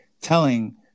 telling